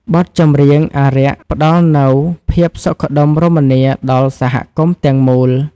បទចម្រៀងអារក្ស ផ្ដល់នូវភាពសុខដុមរមនាដល់សហគមន៍ទាំងមូល។